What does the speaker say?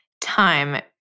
time